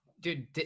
Dude